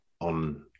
on